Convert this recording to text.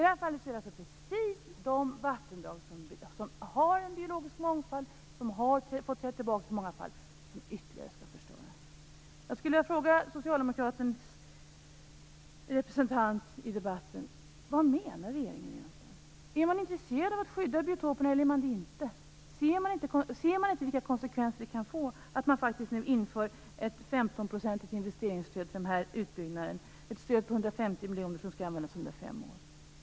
I det här fallet är det alltså precis de vattendrag som har en biologisk mångfald - och som i många fall har fått träda tillbaka - som ytterligare skall förstöras. Jag skulle vilja fråga Socialdemokraternas representant i debatten vad regeringen egentligen menar. Ser man inte vilka konsekvenser det kan bli av att man nu faktiskt inför ett 15-procentigt investeringsstöd till den här utbyggnaden? Det är ett stöd på 150 miljoner som skall användas under fem år.